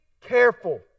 careful